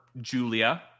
Julia